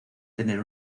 tener